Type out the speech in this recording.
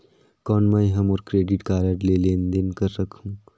कौन मैं ह मोर क्रेडिट कारड ले लेनदेन कर सकहुं?